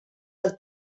del